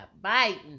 biting